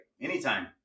anytime